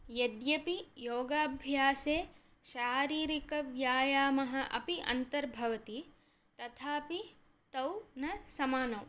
यद्यपि योगाभ्यासे शारीरिकव्यायामः अपि अन्तर्भवति तथापि तौ न समानौ